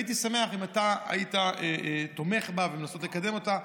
הייתי שמח אם אתה היית תומך בה ומנסה לקדם אותה,